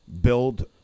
build